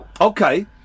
Okay